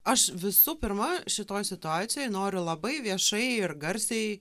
aš visų pirma šitoj situacijoj noriu labai viešai ir garsiai